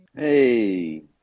Hey